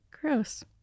Gross